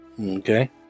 Okay